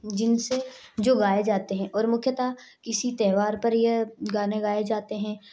जिनसे जो गाए जाते हैं और मुख्यतः किसी त्यौहार पर यह गाने गाए जाते हैं